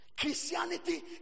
Christianity